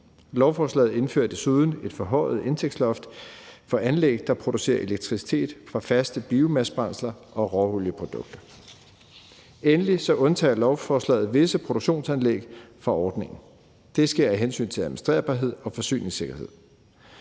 Lovforslaget indfører desuden et forhøjet indtægtsloft for anlæg, der producerer elektricitet fra faste biomassebrændsler og olieprodukter. Endelig undtager lovforslaget visse produktionsanlæg fra ordningen. Det sker af hensyn til administrerbarhed og forsyningssikkerhed.